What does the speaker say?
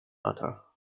matter